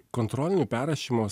kontrolinių perrašymas